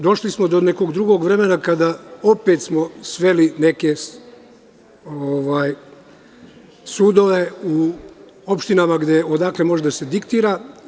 Došli smo do nekog drugog vremena kada smo opet sveli neke sudove u opštinama odakle može da se diktira.